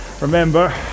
remember